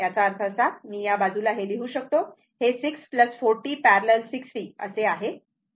याचा अर्थ असा की या बाजूला लिहू शकतो हे 6 40 पॅरलल 60 असे आहे